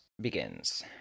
begins